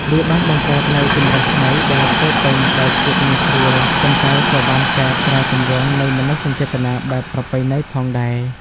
វាបានបង្កើតនូវជម្រើសថ្មីដែលពោរពេញដោយភាពងាយស្រួល ប៉ុន្តែក៏បានកែប្រែទម្រង់នៃមនោសញ្ចេតនាបែបប្រពៃណីផងដែរ។